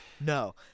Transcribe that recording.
No